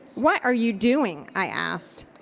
what are you doing? i asked.